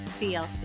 CLC